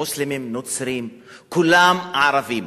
מוסלמים, נוצרים, כולם ערבים.